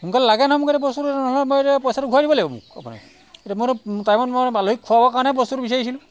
সোনকালে লাগে নহয় মোক এতিয়া বস্তুটো নহ'লে মই এতিয়া পইচাটো ঘূৰাই দিব লাগিব মোক আপুনি এতিয়া মইতো টাইমত মই আলহীক খোৱাব কাৰণেহে বস্তুটো বিচাৰিছিলো